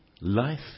life